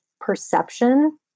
perception